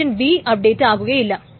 machine B update ആകുകയില്ല